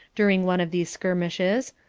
during one of these skirmishes,